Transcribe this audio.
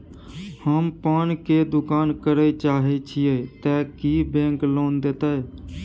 हम पान के दुकान करे चाहे छिये ते की बैंक लोन देतै?